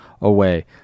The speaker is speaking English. away